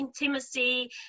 intimacy